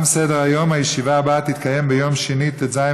אנחנו ניגשים להצבעה על ההצעה להעביר את הנושא